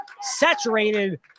saturated